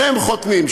שניהם חותמים,